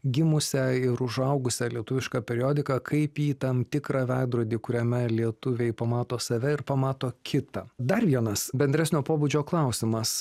gimusią ir užaugusią lietuvišką periodiką kaip į tam tikrą veidrodį kuriame lietuviai pamato save ir pamato kitą dar vienas bendresnio pobūdžio klausimas